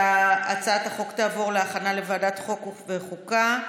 הצעת החוק תעבור לוועדת החוקה,